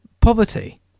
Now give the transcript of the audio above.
poverty